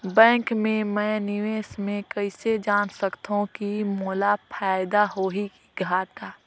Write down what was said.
Bank मे मैं निवेश मे कइसे जान सकथव कि मोला फायदा होही कि घाटा?